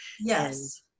yes